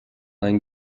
einen